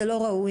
זה לא ראוי.